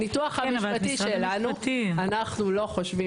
בניתוח המשפטי שלנו אנחנו לא חושבים